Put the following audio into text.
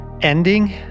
Ending